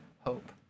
hope